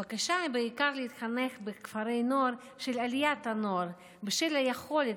הבקשה היא בעיקר להתחנך בכפרי הנוער של עליית הנוער בשל היכולת